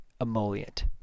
emollient